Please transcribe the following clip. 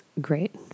great